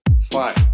five